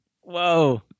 Whoa